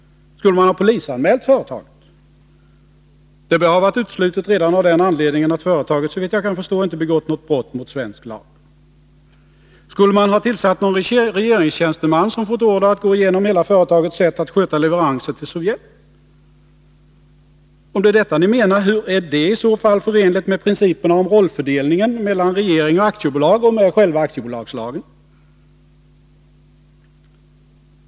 Skulle man ha polisanmält företaget? Det bör ha varit uteslutet redan av den anledningen att företaget, såvitt jag kan förstå, inte begått något brott mot svensk lag. Skulle man ha tillsatt någon regeringstjänsteman som fått order att gå igenom hela företagets sätt att sköta leveranser till Sovjet? Om det är detta ni menar, hur är det i så fall förenligt med principerna om rollfördelningen mellan regeringen och aktiebolag, och med själva aktiebolagslagen?